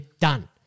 done